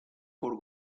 por